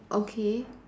okay